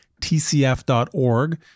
tcf.org